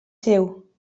seu